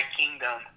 kingdom